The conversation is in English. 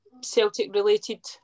Celtic-related